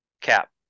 cap